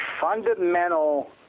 fundamental